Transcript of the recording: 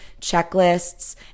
checklists